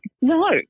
No